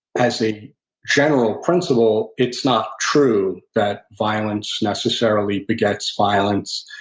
as a general principle, it's not true that violence necessarily begets violence.